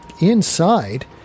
inside